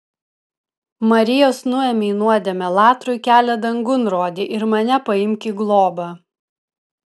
marijos nuėmei nuodėmę latrui kelią dangun rodei ir mane paimk į globą